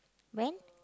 when